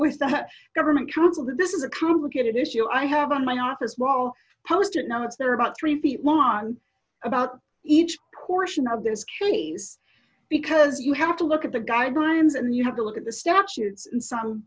with that government counsel that this is a complicated issue i have on my office wall poster now it's there are about three feet long about each portion of this case because you have to look at the guidelines and you have to look at the statutes and some